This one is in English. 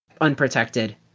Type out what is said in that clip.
unprotected